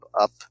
up